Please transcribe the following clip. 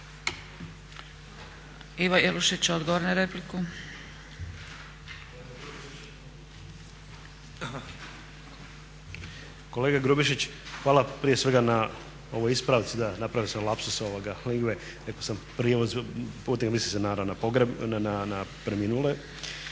**Jelušić, Ivo (SDP)** Kolega Grubišić, hvala prije svega na ovoj ispravci, da napravio sam lapsus lingue, rekao sam prijevoz putnika, mislio sam naravno na preminule.